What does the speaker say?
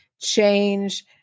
change